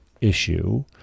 issue